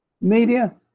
media